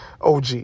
OG